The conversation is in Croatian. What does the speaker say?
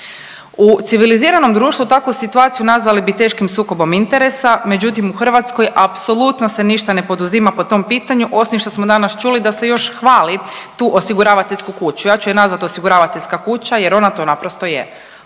U civiliziranom društvu takvu situaciju nazvali bi teškim sukobom interesa, međutim u Hrvatskoj apsolutno se ništa ne poduzima po tom pitanju osim što smo danas čuli da se još hvali tu osiguravateljsku kuću. Ja ću ju nazvati osiguravateljska kuća jer ona to naprosto je.